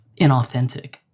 inauthentic